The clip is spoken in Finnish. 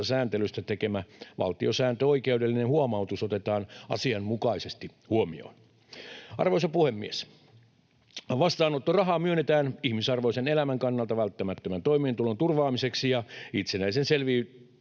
sääntelystä tekemä valtiosääntöoikeudellinen huomautus otetaan asianmukaisesti huomioon. Arvoisa puhemies! Vastaanottorahaa myönnetään ihmisarvoisen elämän kannalta välttämättömän toimeentulon turvaamiseksi ja itsenäisen selviytymisen